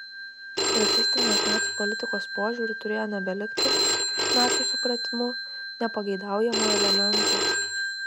rasistinės nacių politikos požiūriu turėjo nebelikti nacių supratimu nepageidaujamų elementų